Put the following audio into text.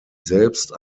selbst